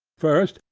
first,